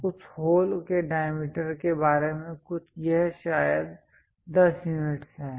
उस होल के डायमीटर के बारे में कुछ यह शायद 10 यूनिट्स है